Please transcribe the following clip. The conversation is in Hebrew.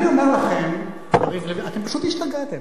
אני אומר לכם, יריב לוין, אתם פשוט השתגעתם.